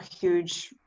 huge